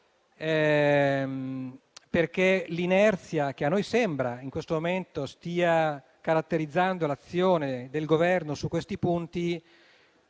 perché l'inerzia, che a noi sembra in questo momento stia caratterizzando l'azione del Governo su questi punti,